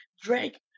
Drake